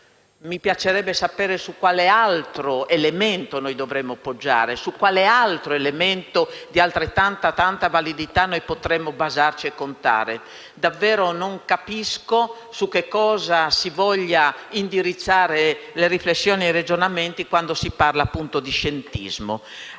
Mi piacerebbe sapere su quale altro elemento dovremmo poggiare le nostre decisioni, su quale altro elemento di altrettanta validità potremmo basarci e contare. Davvero non capisco su cosa si vogliano indirizzare le riflessioni e i ragionamenti quando si parla di scientismo.